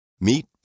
Meet